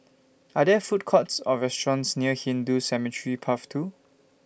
Are There Food Courts Or restaurants near Hindu Cemetery Path two